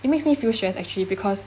it makes me feel stressed actually because